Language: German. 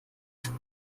job